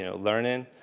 you know learn in,